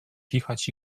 kichać